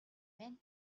байна